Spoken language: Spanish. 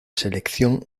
selección